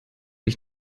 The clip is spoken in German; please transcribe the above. ich